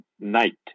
night